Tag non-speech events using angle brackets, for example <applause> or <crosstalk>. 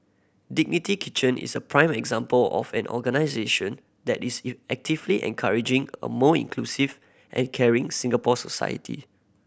Dignity Kitchen is a prime example of an organisation that is <unintelligible> actively encouraging a more inclusive and caring Singapore society